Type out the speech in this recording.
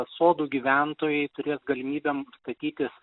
sodų gyventojai turės galimybem statytis